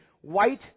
white